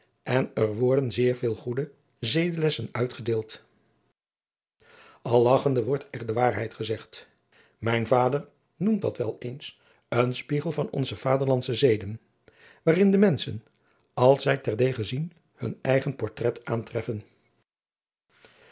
en er worden zeer vele goede zedelessen uitgedeeld al lagchende wordt er de waarheid gezegd mijn vader noemt dat wel eens een spiegel van onze vaderlandsche zeden waarin de menschen als zij ter dege zien hun eigen portrait aantreffen